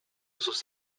sus